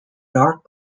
dark